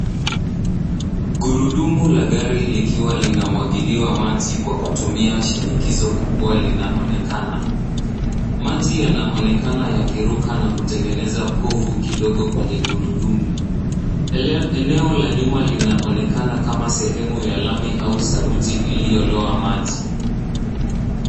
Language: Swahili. Gurudumu la gari likiwa linamwagiliwa maji kwa kutumia shinikizo kubwa linaonekana. Maji yanaonekana yakiruka na kutengeneza povu kidogo kwenye gurudumu. Eneo la nyuma linaonekana kama sehemu ya lami au saruji iliyoloa maji.